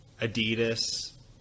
Adidas